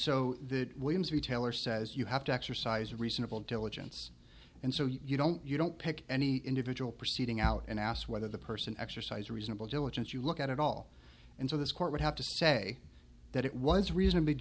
so the williams retailer says you have to exercise reasonable diligence and so you don't you don't pick any individual proceeding out and asked whether the person exercise reasonable diligence you look at it all and so this court would have to say that it was reasonably